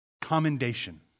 commendation